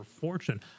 fortune